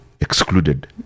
excluded